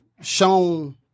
shown